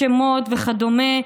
שמות וכדומה,